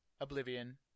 Oblivion